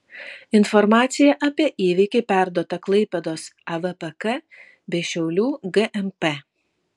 informacija apie įvykį perduota klaipėdos avpk bei šiaulių gmp